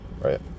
right